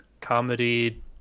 comedy